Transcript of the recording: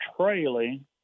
trailing